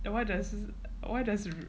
the what does what does